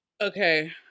Okay